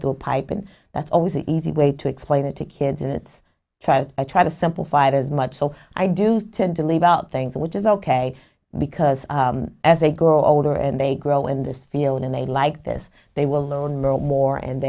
through a pipe and that's always the easy way to explain it to kids and it's child i try to simplify it as much so i do tend to leave out things which is ok because as a girl older and they grow in this field and they like this they will loan more and